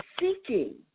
seeking